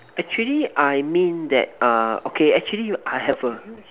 actually I mean that uh okay actually I have a